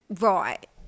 Right